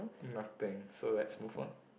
nothing so let's move on